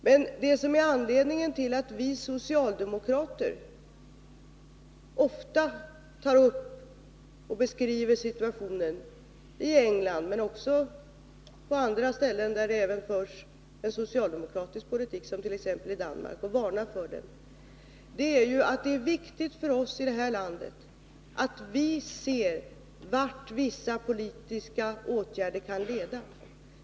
Men det som är anledningen till att vi socialdemokrater ofta tar upp och beskriver situationen i England men också på andra ställen där det även förs socialdemokratisk politik, t.ex. i Danmark, och varnar för den, det är ju att det är viktigt att vi i Sverige ser vart vissa politiska åtgärder kan leda.